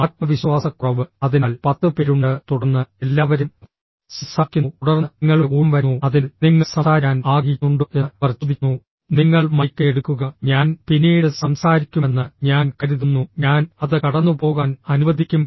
ആത്മവിശ്വാസക്കുറവ് അതിനാൽ പത്ത് പേരുണ്ട് തുടർന്ന് എല്ലാവരും സംസാരിക്കുന്നു തുടർന്ന് നിങ്ങളുടെ ഊഴം വരുന്നു അതിനാൽ നിങ്ങൾ സംസാരിക്കാൻ ആഗ്രഹിക്കുന്നുണ്ടോ എന്ന് അവർ ചോദിക്കുന്നു നിങ്ങൾ മൈക്ക് എടുക്കുക ഞാൻ പിന്നീട് സംസാരിക്കുമെന്ന് ഞാൻ കരുതുന്നു ഞാൻ അത് കടന്നുപോകാൻ അനുവദിക്കും